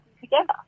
together